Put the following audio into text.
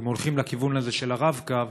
אם הולכים לכיוון הזה של הרב-קו,